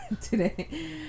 today